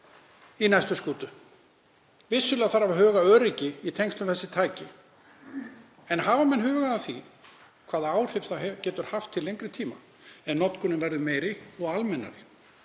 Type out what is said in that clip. í næstu skútu. Vissulega þarf að huga að öryggi í tengslum við þessi tæki. En hafa menn hugað að því hvaða áhrif það getur haft til lengri tíma ef notkunin verður meiri og almennari?